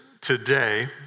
today